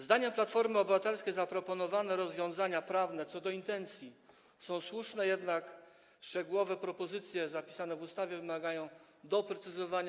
Zdaniem Platformy Obywatelskiej zaproponowane rozwiązania prawne co do intencji są słuszne, jednak szczegółowe propozycje zapisane w ustawie wymagają doprecyzowania.